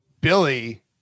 Billy